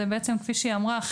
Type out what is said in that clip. כפי שהיא אמרה,